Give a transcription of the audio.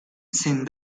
sin